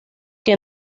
que